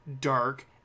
Dark